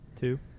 Two